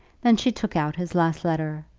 then she took out his last letter,